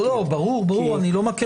לא, ברור, אני לא מקל בזה ראש.